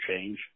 change